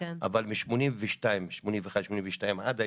אבל מ-81'-82' עד היום,